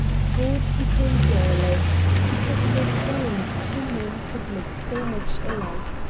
ford became garrulous, he could not believe two men could look so much alike.